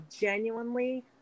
genuinely